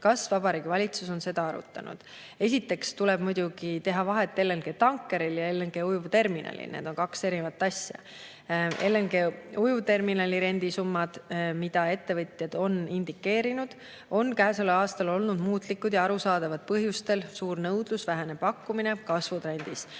Kas Vabariigi valitsus on seda arutanud?" Esiteks tuleb muidugi teha vahet LNG-tankeril ja LNG-ujuvterminalil – need on kaks erinevat asja. LNG-ujuvterminali rendisummad, mida ettevõtjad on indikeerinud, on käesoleval aastal olnud muutlikud ja arusaadavatel põhjustel – suur nõudlus, vähene pakkumine – kasvutrendis.